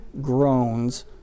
groans